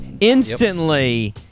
Instantly